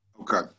Okay